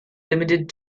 limited